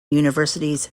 universities